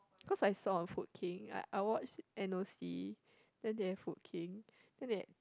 cause I saw on Food King I I watched n_o_c then they have Food King then they